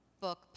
book